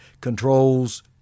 controls